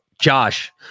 Josh